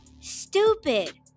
Stupid